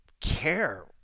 care